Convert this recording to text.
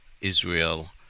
Israel